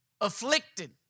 afflicted